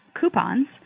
coupons